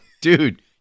Dude